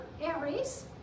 Aries